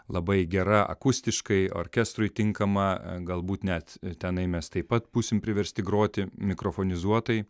labai gera akustiškai orkestrui tinkama galbūt net tenai mes taip pat būsim priversti groti mikrofonizuotai